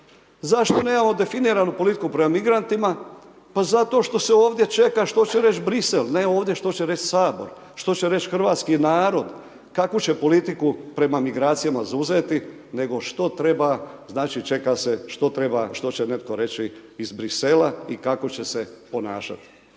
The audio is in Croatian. Zašto nemamo definiranu politiku prema migrantima? Pa zato što se ovdje čeka što će doći Bruxelles, ne ovdje što će reći Sabor, što će reći hrvatski narod, kakvu će politiku prema migracijama zauzeti, nego što treba znači, čeka se što treba, što će netko reći iz Bruxellesa i kako će se ponašati.